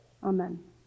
Amen